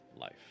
life